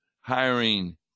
hiring